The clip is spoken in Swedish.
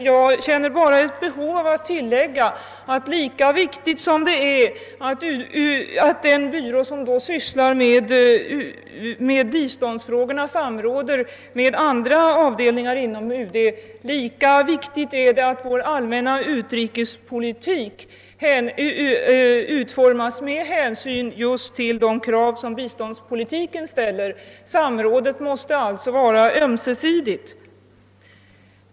Jag känner emellertid ett behov av att tillägga att lika viktigt som det är att den byrå som sysslar med biståndsfrågorna samråder med andra avdelningar inom UD, lika viktigt är det att vår allmänna utrikespolitik utformas med hänsyn till just de krav som biståndspolitiken ställer. Samrådet måste alltså vara ömsesidigt.